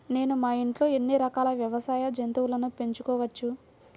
నేను మా ఇంట్లో ఎన్ని రకాల వ్యవసాయ జంతువులను పెంచుకోవచ్చు?